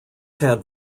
had